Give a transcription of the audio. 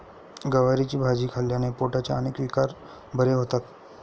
गवारीची भाजी खाल्ल्याने पोटाचे अनेक विकार बरे होतात